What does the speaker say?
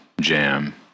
jam